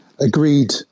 agreed